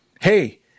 Hey